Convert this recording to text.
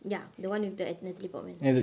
ya the one with the natalie portman